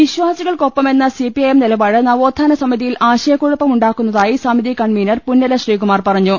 വിശ്വാസികൾക്കൊപ്പമെന്ന CPIM നീല്പാട് നവോത്ഥാന സമിതിയിൽ ആശയക്കുഴപ്പമുണ്ടാക്കുന്നതായി സ്ഥിതി കൺവീനർ പുന്നല ശ്രീകുമാർ പറഞ്ഞു